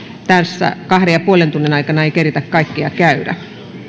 tässä kahden pilkku viiden tunnin aikana ei keritä kaikkia käydä